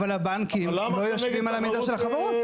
אבל הבנקים לא יושבים על המידע של החברות.